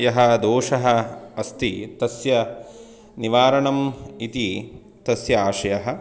यः दोषः अस्ति तस्य निवारणम् इति तस्य आशयः